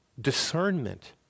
discernment